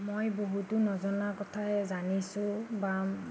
মই বহুতো নজনা কথাই জানিছোঁ বা